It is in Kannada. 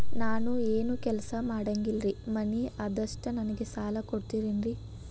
ನಾನು ಏನು ಕೆಲಸ ಮಾಡಂಗಿಲ್ರಿ ಮನಿ ಅದ ಅಷ್ಟ ನನಗೆ ಸಾಲ ಕೊಡ್ತಿರೇನ್ರಿ?